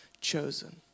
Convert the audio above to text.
chosen